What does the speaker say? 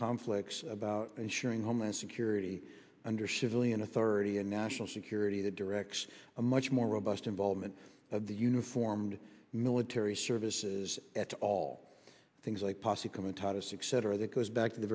conflicts about ensuring homeland security under civilian authority and national security that directs a much more robust involvement of the uniformed military services at all things like posse comitatus accent or that goes back to the